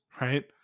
right